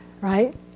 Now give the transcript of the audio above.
right